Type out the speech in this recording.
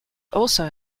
also